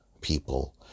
people